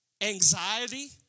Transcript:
anxiety